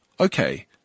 okay